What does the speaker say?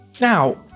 now